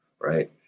Right